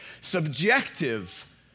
subjective